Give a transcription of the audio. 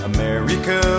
America